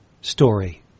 story